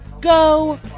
Go